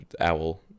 Owl